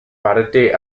parity